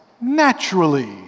naturally